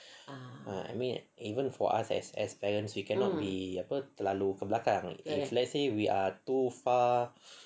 ah I mean even for us as as parents we cannot be apa terlalu ke belakang if let's say we are too far